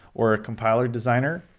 or a compiler designer,